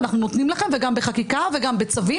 ואנחנו נותנים לכם בחקיקה ובצווים.